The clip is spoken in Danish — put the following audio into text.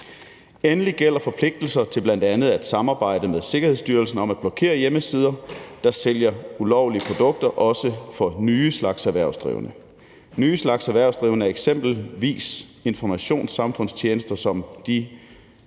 Endelig gælder forpligtelser til bl.a. at samarbejde med Sikkerhedsstyrelsen om at blokere hjemmesider, der sælger ulovlige produkter, også for nye slags erhvervsdrivende. Nye slags erhvervsdrivende er eksempelvis informationssamfundstjenester som de